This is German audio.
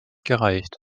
gereicht